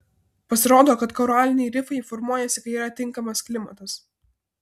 pasirodo kad koraliniai rifai formuojasi kai yra tinkamas klimatas